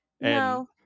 No